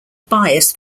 bias